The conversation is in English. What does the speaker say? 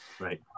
Right